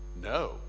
No